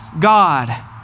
God